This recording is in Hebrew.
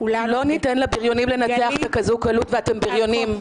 לכולנו פה --- לא ניתן לבריונים לנצח בכזאת קלות ואתם בריונים.